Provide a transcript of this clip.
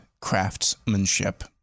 craftsmanship